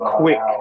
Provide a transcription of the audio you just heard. quick